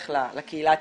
לקהילה הטיפולית,